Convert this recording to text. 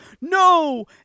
no